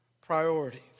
priorities